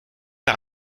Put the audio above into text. par